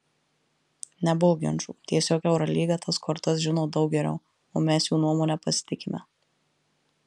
nebuvo ginčų tiesiog eurolyga tas kortas žino daug geriau o mes jų nuomone pasitikime